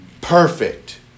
Perfect